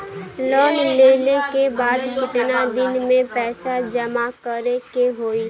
Loan लेले के बाद कितना दिन में पैसा जमा करे के होई?